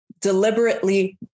deliberately